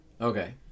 Okay